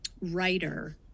writer